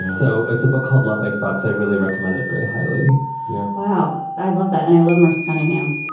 so it's a book called love icebox. i really recommend it very highly yeah wow. i love that. and i love merce cunningham.